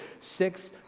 six